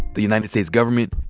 the united states government,